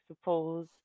suppose